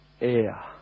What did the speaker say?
air